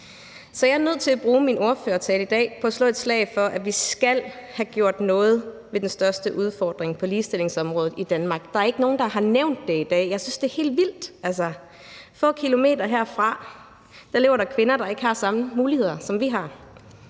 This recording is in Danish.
Så jeg er nødt til at bruge min ordførertale i dag til at slå et slag for, at vi skal have gjort noget ved den største udfordring på ligestillingsområdet i Danmark. Der er ikke nogen, der har nævnt det i dag. Jeg synes, det er helt vildt. Få kilometer herfra lever der kvinder, der ikke har samme muligheder, som vi har.